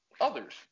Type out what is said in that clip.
others